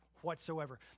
whatsoever